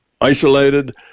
isolated